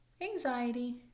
anxiety